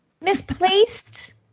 misplaced